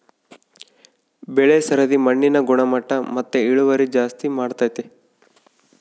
ಬೆಳೆ ಸರದಿ ಮಣ್ಣಿನ ಗುಣಮಟ್ಟ ಮತ್ತೆ ಇಳುವರಿ ಜಾಸ್ತಿ ಮಾಡ್ತತೆ